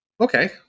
Okay